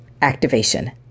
Activation